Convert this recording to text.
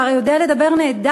אתה הרי יודע לדבר נהדר,